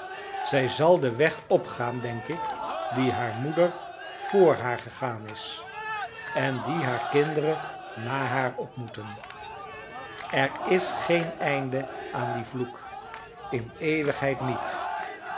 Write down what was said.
zij zal den weg opgaan denk ik dien hare moeder voor haar gegaan is en dien hare kinderen na haar op moeten er is geen einde aan den vloek in eeuwigheid niet